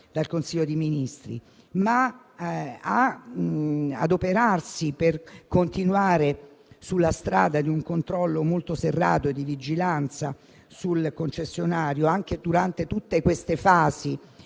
dal Consiglio dei ministri, ma di adoperarsi per continuare sulla strada di un controllo molto serrato di vigilanza sul concessionario, anche durante tutte queste fasi